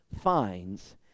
finds